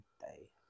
Day